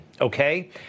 okay